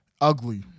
Ugly